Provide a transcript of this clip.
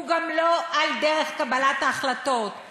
הוא גם לא על דרך קבלת ההחלטות,